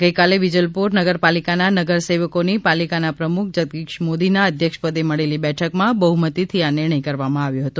ગઈકાલે વિજલપોર નગરપાલિકાના નગર સેવકોની પાલિકાના પ્રમૂખ જગદીશ મોદીના અધ્યક્ષપદે મળેલી બેઠકમાં બહ્મતીથી આ નિર્ણય કરવામાં આવ્યો હતો